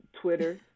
Twitter